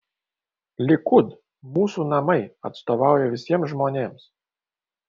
likud mūsų namai atstovauja visiems žmonėms